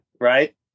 right